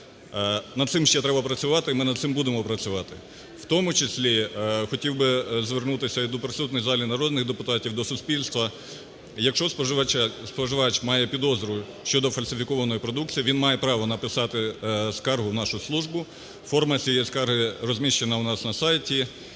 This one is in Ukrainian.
Над цим ще треба працювати і ми над цим будемо працювати. У тому числі хотів би звернутися і до присутніх у залі народних депутатів, до суспільства, якщо споживач має підозру щодо фальсифікованої продукції, він має право написати скаргу у нашу службу. Форма цієї скарги розміщена у нас на сайті.